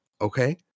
Okay